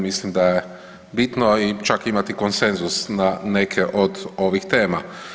Mislim da je bitno čak imati i konsenzus na neke od ovih tema.